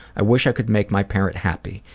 i wish i could make my parent happy.